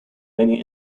many